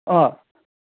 ꯑꯥ